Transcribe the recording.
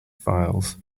files